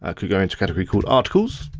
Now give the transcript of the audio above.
ah could go into a category called articles.